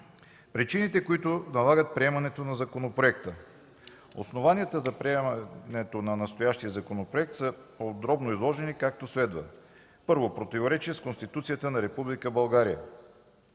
Причини, които налагат приемането на законопроекта. Основанията за приемане на настоящия законопроект са подробно изложени, както следва: І. Противоречия с Конституцията на Република